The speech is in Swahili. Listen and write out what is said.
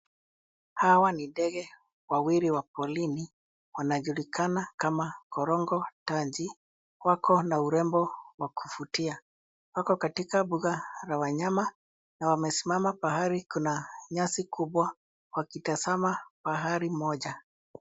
Hawa ni ndege wawili wa porini wanajulikana kama korongo taji. Wako na urembo wa kuvutia. Wako katika mbuga la wanyama na wamesimama pahali kuna nyasi kubwa wakitazama pahali moja.